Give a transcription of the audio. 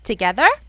Together